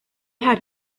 had